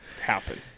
happen